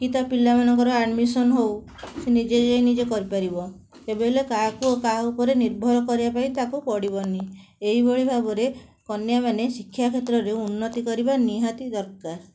କି ତା ପିଲାମାନଙ୍କର ଆଡ଼ମିଶନ୍ ହଉ ସିଏ ନିଜେ ଯାଇ ନିଜେ କରିପାରିବ କେବେହେଲେ କାହାକୁ କାହା ଉପରେ ନିର୍ଭର କରିବା ପାଇଁ ତାକୁ ପଡ଼ିବନି ଏଇଭଳି ଭାବରେ କନ୍ୟାମାନେ ଶିକ୍ଷାକ୍ଷେତ୍ରରେ ଉନ୍ନତି କରିବା ନିହାତି ଦରକାର